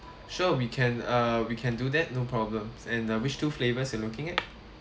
sure we can uh we can do that no problems and uh which two flavors you looking at